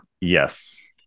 Yes